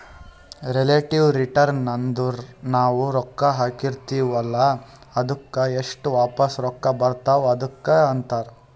relative return ಅಂದುರ್ ನಾವು ರೊಕ್ಕಾ ಹಾಕಿರ್ತಿವ ಅಲ್ಲಾ ಅದ್ದುಕ್ ಎಸ್ಟ್ ವಾಪಸ್ ರೊಕ್ಕಾ ಬರ್ತಾವ್ ಅದುಕ್ಕ ಅಂತಾರ್